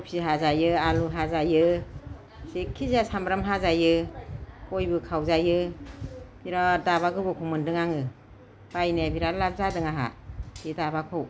कबि हाजायो आलु हाजायो जेखि जाया सामब्राम हाजायो गयबो खावजायो बेराद दाबा गोबौखौ मोनदों आङो बायनाया बिराद लाब जादों आंहा बे दाबाखौ